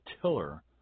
tiller